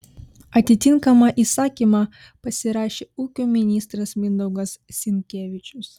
atitinkamą įsakymą pasirašė ūkio ministras mindaugas sinkevičius